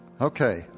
Okay